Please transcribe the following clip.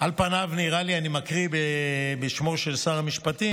על פניו, נראה לי, אני מקריא בשמו של שר המשפטים,